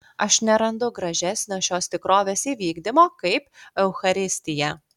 aš nerandu gražesnio šios tikrovės įvykdymo kaip eucharistija